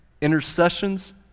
intercessions